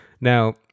now